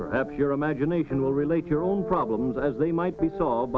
perhaps your imagination will relate your own problems as they might be solved